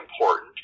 important